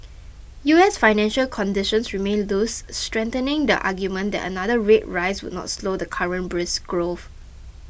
U S financial conditions remain loose strengthening the argument that another rate rise would not slow the current brisk growth